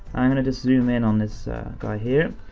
i'm gonna just zoom in on this guy here,